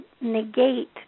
negate